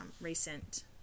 recent